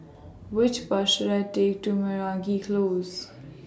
Which Bus should I Take to Meragi Close